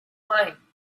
wine